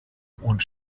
und